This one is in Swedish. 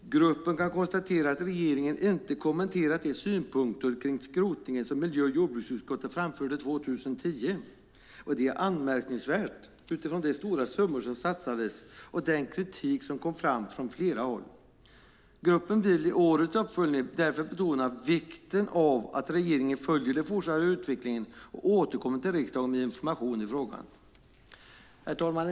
Gruppen kan konstatera att regeringen inte kommenterat de synpunkter om skrotningen som miljö och jordbruksutskottet framförde 2010. Det är anmärkningsvärt med tanke på de stora summor som satsades och den kritik som kom fram från flera håll. Gruppen vill i årets uppföljning därför betona vikten av att regeringen följer den fortsatta utvecklingen och återkommer till riksdagen med information i frågan. Herr talman!